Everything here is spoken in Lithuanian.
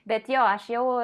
bet jo aš jau